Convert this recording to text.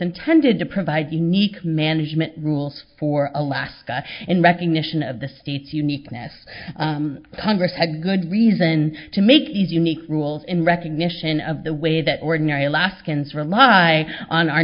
intended to provide unique management rules for alaska in recognition of the state's uniqueness congress had a good reason to make these unique rules in recognition of the way that ordinary alaskans rely on our